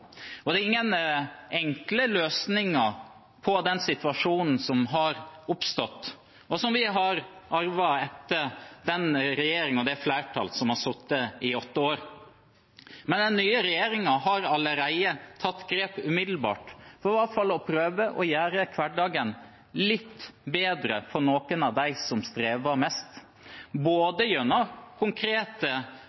Det er ingen enkle løsninger på den situasjonen som har oppstått, og som vi har arvet etter den regjeringen og det flertallet som har sittet i åtte år. Men den nye regjeringen har allerede tatt grep umiddelbart for i hvert fall å prøve å gjøre hverdagen litt bedre for noen av dem som strever mest,